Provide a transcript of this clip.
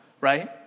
right